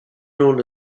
known